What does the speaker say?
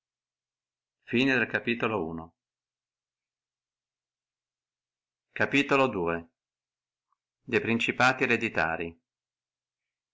lei e a capitolo de principati ereditarii